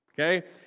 okay